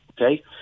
okay